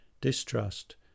distrust